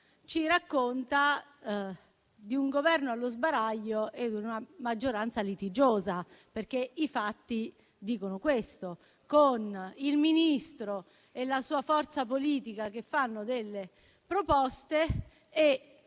ci racconta di un Governo allo sbaraglio e di una maggioranza litigiosa, perché i fatti dicono questo, con il Ministro e la sua forza politica che fanno proposte e